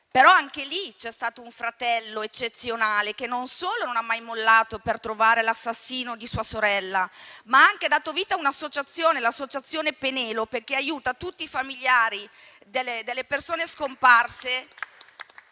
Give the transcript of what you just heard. quel caso c'è stato un fratello eccezionale, che non solo non ha mai mollato per trovare l'assassino di sua sorella, ma ha anche dato vita a un'associazione, l'associazione Penelope, che aiuta tutti i familiari delle persone scomparse